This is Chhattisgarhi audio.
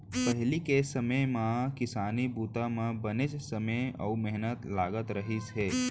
पहिली के समे म किसानी बूता म बनेच समे अउ मेहनत लागत रहिस हे